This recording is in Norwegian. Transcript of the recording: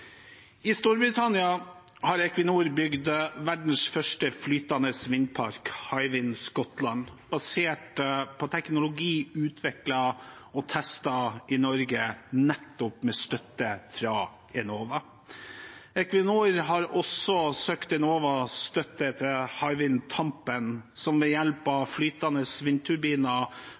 I Storbritannia har Equinor bygd verdens første flytende vindpark, Hywind Scotland, basert på teknologi utviklet og testet i Norge, nettopp med støtte fra Enova. Equinor har også søkt Enova-støtte til Hywind Tampen, som ved hjelp av flytende vindturbiner